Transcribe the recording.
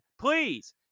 please